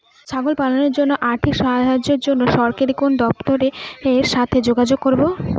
ছাগল পালনের জন্য আর্থিক সাহায্যের জন্য সরকারি কোন দপ্তরের সাথে যোগাযোগ করব?